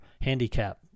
handicap